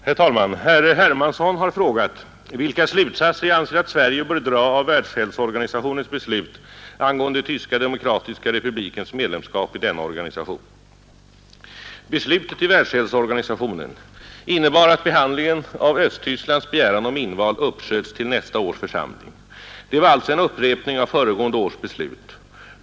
Herr talman! Herr Hermansson har frågat vilka slutsatser jag anser att Sverige bör dra av Världshälsoorganisationens beslut angående Tyska demokratiska republikens medlemskap i denna organisation. Beslutet i Världshälsoorganisationen innebar att behandlingen av Östtysklands begäran om inval uppsköts till nästa års församling. Det var alltså en upprepning av föregående års beslut.